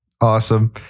Awesome